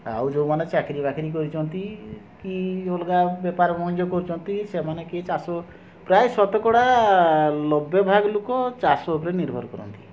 ଆଉ ଯେଉଁମାନେ ଚାକିରୀ ବାକିରୀ କରିଛନ୍ତି କି ଅଲଗା ବେପାର ବାଣିଜ୍ୟ କରୁଛନ୍ତି ସେମାନେ କିଏ ଚାଷ ପ୍ରାୟ ଶତକଡ଼ା ନବେ ଭାଗ ଲୋକ ଚାଷ ଉପରେ ନିର୍ଭର କରନ୍ତି